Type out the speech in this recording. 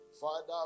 Father